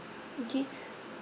okay